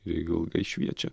jeigu ilgai šviečia